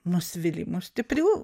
nusivylimų stiprių